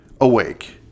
awake